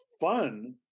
fun